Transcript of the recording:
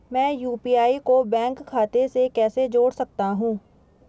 मैं यू.पी.आई को बैंक खाते से कैसे जोड़ सकता हूँ?